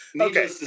Okay